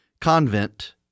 convent